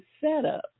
setup